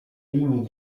linii